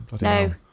no